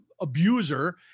abuser